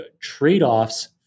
trade-offs